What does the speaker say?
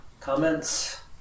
Comments